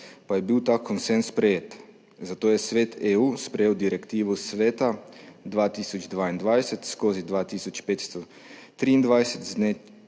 pa je bil ta konsenz sprejet, zato je Svet EU sprejel Direktivo Sveta 2022/2523 z